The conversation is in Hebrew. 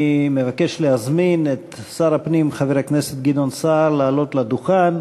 אני מבקש להזמין את שר הפנים חבר הכנסת גדעון סער לעלות לדוכן.